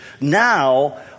now